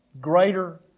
greater